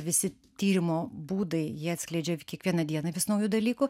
visi tyrimo būdai jie atskleidžia kiekvieną dieną vis naujų dalykų